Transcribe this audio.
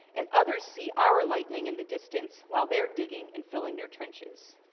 and others see our lightning in the distance, while they're digging and filling their trenches.